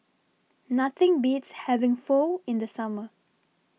Nothing Beats having Pho in The Summer